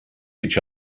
each